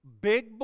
Big